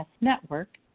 Network